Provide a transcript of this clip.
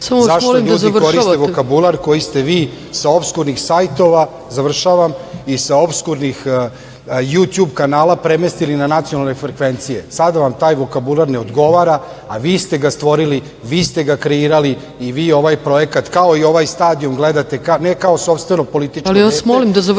zašto ljudi koriste vokabular koji ste vi sa opskurnih sajtova, završavam, i opskurnih jutjub kanala, premestili na nacionalne frekvencije. Sada vam taj vokabular ne odgovara, a vi ste ga stvorili, vi ste ga kreirali i vi ovaj projekat, kao i ovaj stadion gledate, ne kao sopstvenu političku…